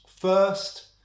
First